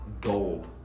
gold